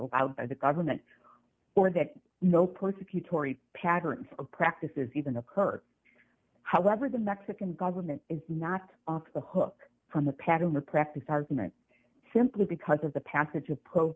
d by the government or that no prosecutorial pattern of practice is even occurred however the mexican government is not off the hook from the pattern of practice argument simply because of the passage of p